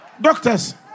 doctors